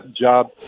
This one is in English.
job